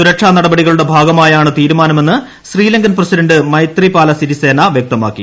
സുരക്ഷാനടപടികളുടെ ഭാഗമായാണ് തീരുമാനമെന്ന് Sri Lankan president Maithripala Sirisena വൃക്തമാക്കി